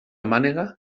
mànega